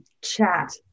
chat